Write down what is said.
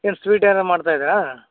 ಏನು ಸ್ವೀಟ್ ಏನೋ ಮಾಡ್ತಾ ಇದೀರಾ